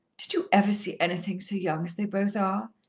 did you ever see anything so young as they both are?